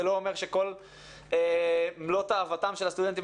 זה לא אומר שכל מלוא תאוותם של הסטודנטים